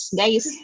guys